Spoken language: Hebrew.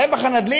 הרווח הנדל"ני,